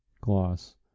Gloss